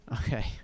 Okay